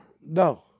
No